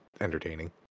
entertaining